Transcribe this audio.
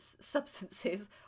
substances